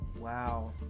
wow